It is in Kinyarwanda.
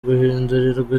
guhindurirwa